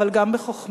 אבל גם בחוכמה.